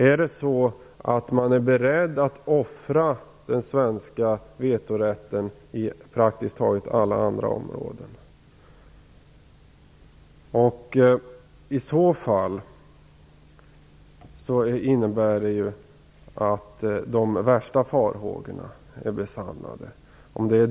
Är regeringen beredd att offra den svenska vetorätten på praktiskt taget alla andra områden? Om det är regeringens linje innebär det i så fall att de värsta farhågorna är besannade.